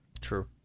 True